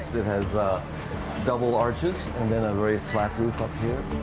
it has double arches, and then a very flat roof up here.